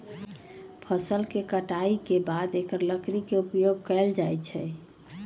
फ़सल के कटाई के बाद एकर लकड़ी के उपयोग कैल जाइ छइ